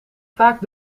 vaak